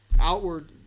outward